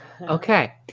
Okay